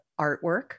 artwork